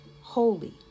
holy